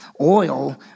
oil